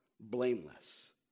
blameless